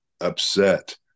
upset